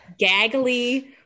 gaggly